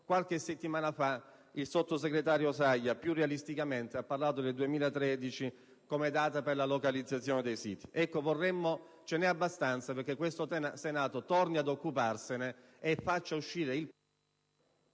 qualche settimana fa il sottosegretario Saglia, più realisticamente, ha parlato del 2013 come data per la localizzazione dei siti. Ce n'è abbastanza perché il Senato torni ad occuparsene e faccia uscire...